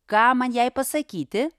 ką man jai pasakyti